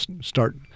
start